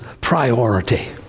priority